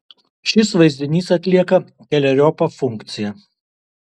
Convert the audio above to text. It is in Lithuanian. šis vaizdinys atlieka keleriopą funkciją